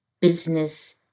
business